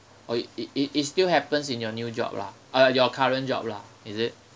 or it it it it still happens in your new job lah uh your current job lah is it